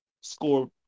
score